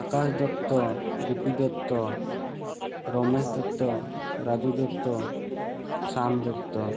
Akash Dutta Gopi Dutta Ramesh Dutta Raju Dutta Shan Dutta